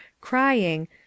crying